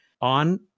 on